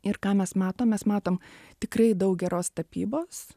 ir ką mes matom matom tikrai daug geros tapybos